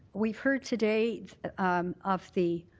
we've heard today of the